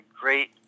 great